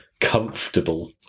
comfortable